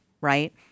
right